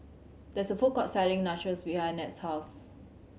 there is a food court selling Nachos behind Ned's house